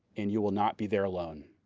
and you will not be there alone.